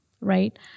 right